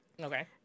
Okay